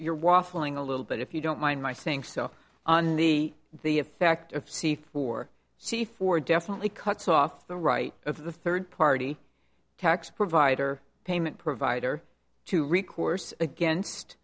you're waffling a little bit if you don't mind my saying so on the the effect of c four c four definitely cuts off the right of the third party tax provider payment provider to recourse against